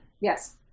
yes